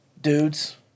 dudes